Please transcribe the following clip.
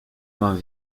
mam